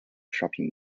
shopping